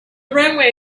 runway